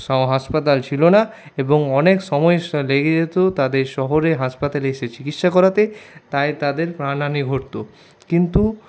হাসপাতাল ছিল না এবং অনেক সময় লেগে যেত তাদের শহরের হাসপাতালে এসে চিকিৎসা করাতে তাই তাদের প্রাণহানি ঘটত কিন্তু